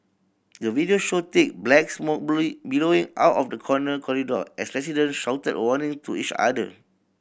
the video showed thick black smoke billowing out of the corner corridor as resident shouted warning to each other